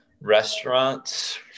Restaurants